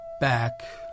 back